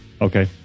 Okay